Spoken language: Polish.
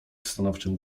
stanowczym